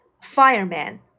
Fireman